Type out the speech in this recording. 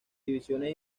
divisiones